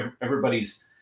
everybody's